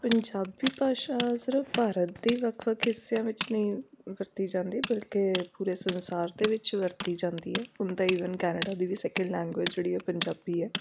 ਪੰਜਾਬੀ ਭਾਸ਼ਾ ਸਿਰਫ ਭਾਰਤ ਦੇ ਵੱਖ ਵੱਖ ਹਿੱਸਿਆਂ ਵਿੱਚ ਨਹੀਂ ਵਰਤੀ ਜਾਂਦੀ ਬਲਕਿ ਪੂਰੇ ਸੰਸਾਰ ਦੇ ਵਿੱਚ ਵਰਤੀ ਜਾਂਦੀ ਹੈ ਹੁਣ ਤਾਂ ਈਵਨ ਕੈਨੇਡਾ ਦੀ ਵੀ ਸੈਕਿੰਡ ਲੈਂਗੁਏਜ਼ ਜਿਹੜੀ ਹੈ ਪੰਜਾਬੀ ਹੈ